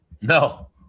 No